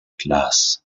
classes